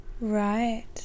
Right